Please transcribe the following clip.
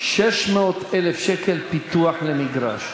600,000 שקל פיתוח למגרש.